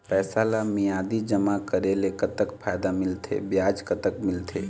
पैसा ला मियादी जमा करेले, कतक फायदा मिलथे, ब्याज कतक मिलथे?